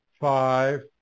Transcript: five